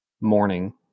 morning